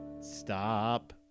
stop